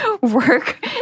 work